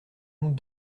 nous